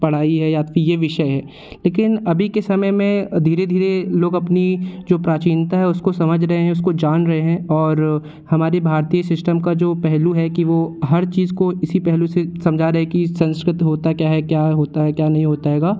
पढ़ाई है या तो फिर यह विषय है लेकिन अभी के समय में धीरे धीरे लोग अपनी जो प्राचीनता है उसको समझ रहे हैं उसको जान रहे हैं और हमारे भारतीय सिश्टम का जो पहेलू है कि वह हर चीज़ को इसी पहलू से समझा रहे कि संस्कृत होता क्या है क्या होता है क्या नहीं होता हैगा